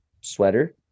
Sweater